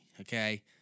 okay